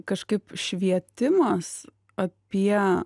kažkaip švietimas apie